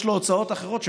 יש לו הוצאות אחרות,